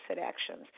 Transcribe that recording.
actions